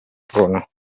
prona